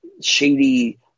shady